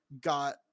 got